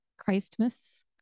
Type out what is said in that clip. Christmas